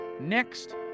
next